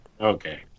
Okay